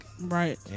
Right